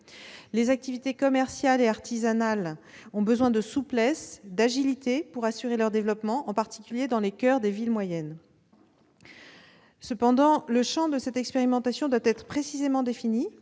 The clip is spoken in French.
Les activités commerciales et artisanales ont besoin de souplesse et d'agilité pour assurer leur développement, en particulier dans le coeur des villes moyennes. Cependant, le champ de telles expérimentations doit être précisément défini,